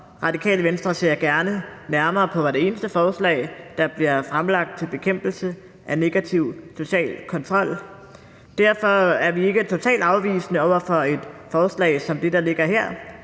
Radikale Venstre ser gerne nærmere på hvert eneste forslag, der bliver fremsat, til bekæmpelse af negativ social kontrol. Derfor er vi ikke totalt afvisende over for et forslag som det, der ligger her,